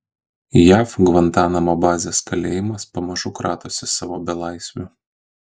jav gvantanamo bazės kalėjimas pamažu kratosi savo belaisvių